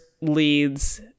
leads